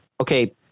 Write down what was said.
okay